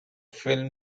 film